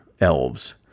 elves